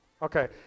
Okay